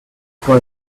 temps